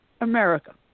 America